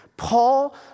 Paul